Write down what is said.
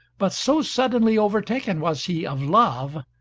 but so suddenly overtaken was he of love,